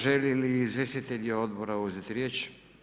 Žele li izvjestitelji odbora uzeti riječ?